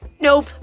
nope